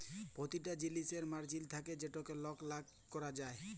পতিটা জিলিসের মার্জিল থ্যাকে যেটতে লক লাভ ক্যরে যায়